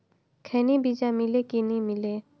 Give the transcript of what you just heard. खैनी बिजा मिले कि नी मिले?